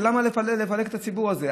למה לפלג את הציבור הזה?